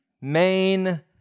main